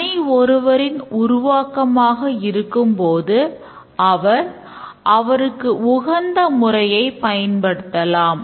தனி ஒருவரின் உருவாக்கமாக இருக்கும்போது அவர் அவருக்கு உகந்த முறையை பயன்படுத்தலாம்